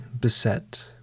beset